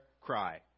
cry